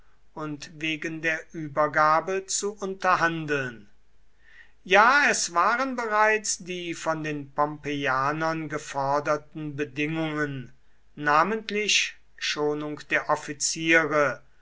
und wegen der übergabe zu unterhandeln ja es waren bereits die von den pompeianern geforderten bedingungen namentlich schonung der offiziere